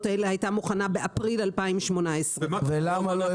האלה הייתה מוכנה באפריל 2018. ומה קרה?